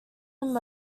them